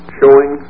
showing